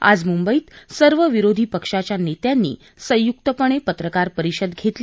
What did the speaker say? आज मुंबईत सर्व विरोधी पक्षांच्या नेत्यांनी संयुक्तपणे पत्रकार परिषद घेतली